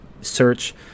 search